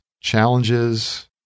challenges